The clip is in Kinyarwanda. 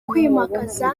kwimakaza